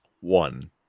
One